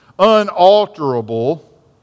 unalterable